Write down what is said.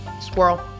squirrel